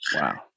Wow